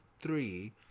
three